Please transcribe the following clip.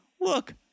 Look